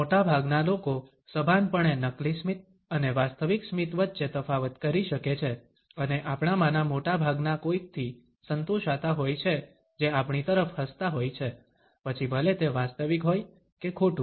મોટાભાગના લોકો સભાનપણે નકલી સ્મિત અને વાસ્તવિક સ્મિત વચ્ચે તફાવત કરી શકે છે અને આપણામાંના મોટા ભાગના કોઈકથી સંતોષાતા હોય છે જે આપણી તરફ હસતા હોય છે પછી ભલે તે વાસ્તવિક હોય કે ખોટું